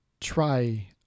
try